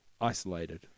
isolated